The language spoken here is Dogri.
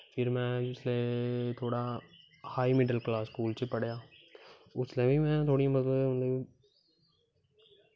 फिर में जिसले थोह्ड़ा हाई मिडल कलास स्कूल च पढ़ेआ उसलै बी में थोह्ड़ी मतलब